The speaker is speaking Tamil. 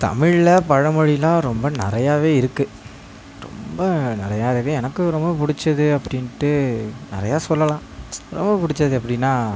தமிழில் பழமொழிலாம் ரொம்ப நிறையாவே இருக்கு ரொம்ப நிறையாகவே எனக்கு ரொம்ப பிடிச்சது அப்படின்ட்டு நிறையா சொல்லலாம் ரொம்ப பிடிச்சது அப்படினா